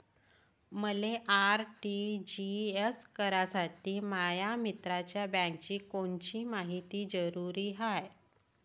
मले आर.टी.जी.एस करासाठी माया मित्राच्या बँकेची कोनची मायती जरुरी हाय?